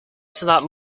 that